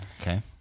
Okay